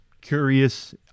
curious